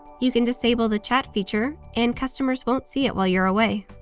you can disable the chat feature and customers won't see it while you're away.